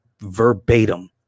verbatim